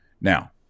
Now